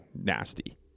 nasty